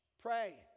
Pray